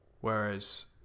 whereas